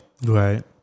Right